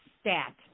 stat